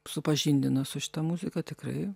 supažindino su šita muzika tikrai